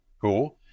Cool